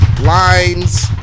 lines